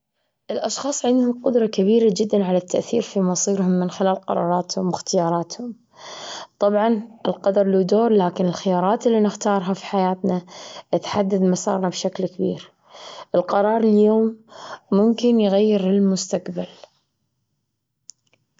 الأشخاص عندهم قدرة كبيرة جدا على التأثير في مصيرهم من خلال قراراتهم واختياراتهم، طبعا القدر له دور، لكن الخيارات اللي نختارها في حياتنا تحدد مسارنا بشكل كبير، القرار اليوم ممكن يغير المستقبل.